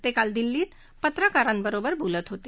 ते काल दिल्लीत पत्रकारांबरोबर बोलत होते